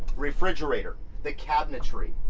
refrigerator, the cabinetry,